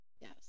Yes